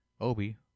Obi